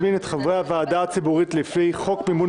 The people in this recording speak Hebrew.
אבקשכם להזמין את חברי הוועדה הציבורית לפי חוק מימון